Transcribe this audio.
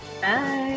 Bye